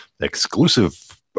exclusive